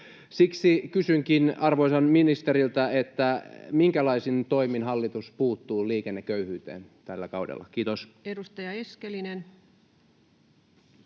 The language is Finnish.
Siksi kysynkin arvoisalta ministeriltä: minkälaisin toimin hallitus puuttuu liikenneköyhyyteen tällä kaudella? — Kiitos.